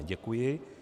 Děkuji.